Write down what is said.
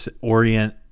orient